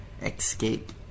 Escape